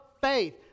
faith